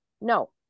no